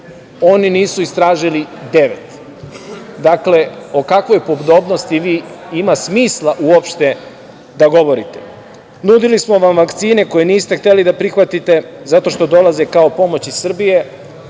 oni nisu istražili devet. Dakle, o kakvoj podobnosti ima smisla uopšte da govorite. Nudili smo vam vakcine koje niste hteli da prihvatite zato što dolaze kao pomoć iz Srbije